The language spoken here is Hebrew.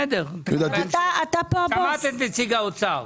שמעת את נציג האוצר.